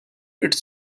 its